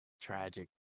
Tragic